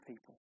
people